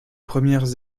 premières